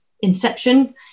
inception